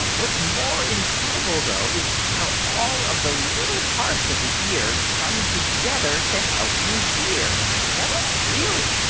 what's more incredible, though, is how all of the little parts of the ear come together to help you hear really? really.